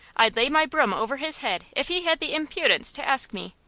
i'd lay my broom over his head if he had the impudence to ask me.